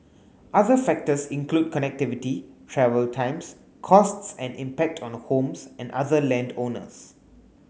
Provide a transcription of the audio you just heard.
other factors include connectivity travel times costs and impact on homes and other land owners